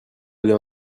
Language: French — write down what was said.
aller